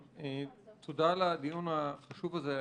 תודה על הדיון החשוב הזה.